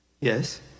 Yes